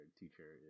teacher